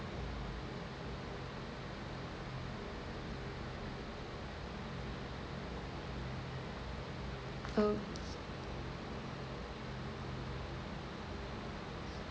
okay